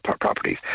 properties